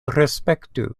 respektu